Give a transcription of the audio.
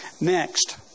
Next